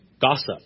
Gossip